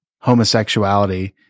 homosexuality